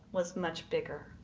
was much bigger,